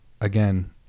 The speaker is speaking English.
again